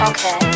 Okay